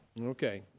Okay